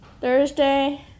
Thursday